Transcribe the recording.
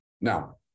Now